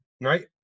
right